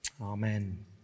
Amen